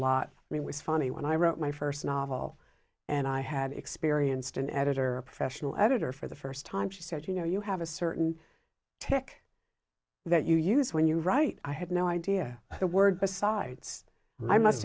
lot i mean was funny when i wrote my first novel and i had experienced an editor a professional editor for the first time she said you know you have a certain tic that you use when you write i had no idea the word besides i must